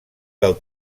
del